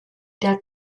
der